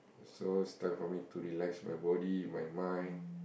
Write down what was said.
so it's time for me to relax my body my mind